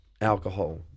alcohol